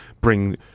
bring